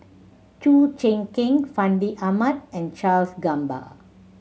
Chew Choo Keng Fandi Ahmad and Charles Gamba